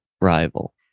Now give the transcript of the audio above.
rival